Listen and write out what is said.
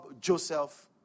Joseph